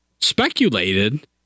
speculated